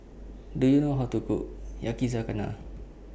Do YOU know How to Cook Yakizakana